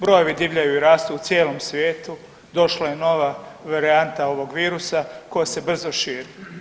Brojevi divljaju i rastu u cijelom svijetu, došla je nova varijanta ovog virusa koja se brzo širi.